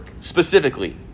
specifically